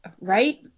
right